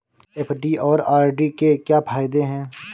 FD और RD के क्या फायदे हैं?